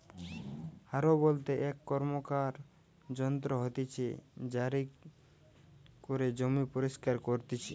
হারও বলতে এক র্কমকার যন্ত্র হতিছে জারি করে জমি পরিস্কার করতিছে